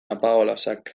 apaolazak